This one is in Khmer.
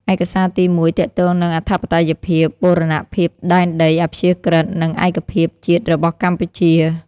ឯកសារទីមួយទាក់ទងនឹងអធិបតេយ្យភាព បូរណភាពដែនដី អព្យាក្រឹត្យ និងឯកភាពជាតិរបស់កម្ពុជា។